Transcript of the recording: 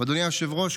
אדוני היושב-ראש,